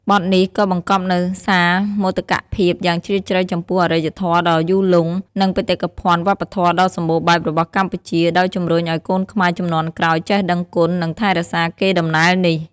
បទនេះក៏បង្កប់នូវសារមោទកភាពយ៉ាងជ្រាលជ្រៅចំពោះអរិយធម៌ដ៏យូរលង់ និងបេតិកភណ្ឌវប្បធម៌ដ៏សម្បូរបែបរបស់កម្ពុជា ដោយជំរុញឲ្យកូនខ្មែរជំនាន់ក្រោយចេះដឹងគុណ និងថែរក្សាកេរដំណែលនេះ។